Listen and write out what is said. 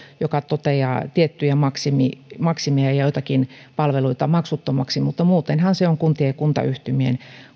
jotka toteavat tiettyjä maksimeja maksimeja ja ja joitakin palveluita maksuttomiksi mutta muutenhan on kuntien ja kuntayhtymien